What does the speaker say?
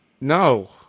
No